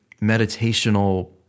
meditational